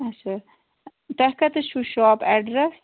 اَچھا تۄہہِ کتٮ۪س چھُو شاپ اٮ۪ڈرس